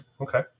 Okay